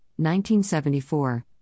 1974